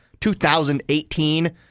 2018